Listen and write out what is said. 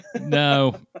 No